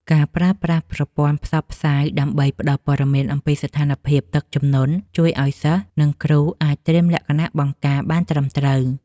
ការប្រើប្រាស់ប្រព័ន្ធផ្សព្វផ្សាយដើម្បីផ្តល់ព័ត៌មានអំពីស្ថានភាពទឹកជំនន់ ជួយឱ្យសិស្ស និង គ្រូអាចត្រៀមលក្ខណៈបង្ការបានត្រឹមត្រូវ។